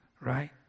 right